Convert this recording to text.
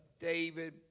David